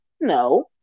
no